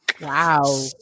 Wow